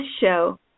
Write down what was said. show